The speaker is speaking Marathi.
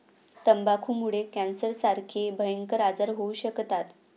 तंबाखूमुळे कॅन्सरसारखे भयंकर आजार होऊ शकतात